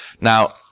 Now